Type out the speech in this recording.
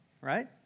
right